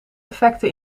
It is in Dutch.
effecten